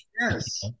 Yes